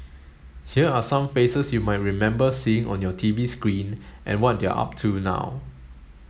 here are some faces you might remember seeing on your TV screen and what they're up to now